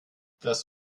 das